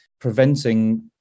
preventing